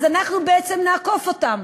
אז אנחנו בעצם נעקוף אותם.